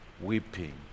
weeping